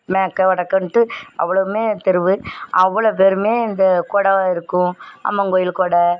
மேற்க வடக்கைன்ட்டு அவ்ளோமே தெருவு அவ்வளோ பேருமே அந்த கொடை இருக்கும் அம்மங்கோயில் கொடை